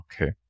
Okay